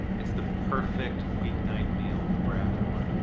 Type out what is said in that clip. it's the perfect weeknight meal for after work,